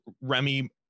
Remy